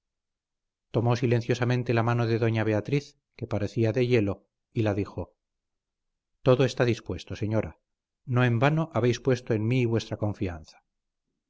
tomó silenciosamente la mano de doña beatriz que parecía de hielo y la dijo todo está dispuesto señora no en vano habéis puesto en mí vuestra confianza